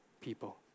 people